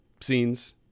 scenes